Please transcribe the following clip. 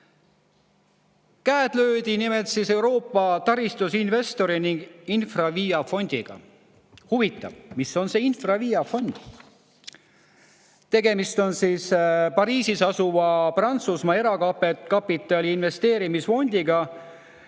Käed löödi nimelt Euroopa taristuinvestori ning InfraVia fondiga. Huvitav, mis on see InfraVia fond? Tegemist on Pariisis [tegutseva] Prantsusmaa erakapitali investeerimisfondiga.